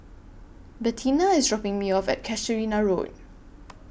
Bettina IS dropping Me off At Casuarina Road